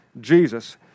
Jesus